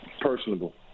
Personable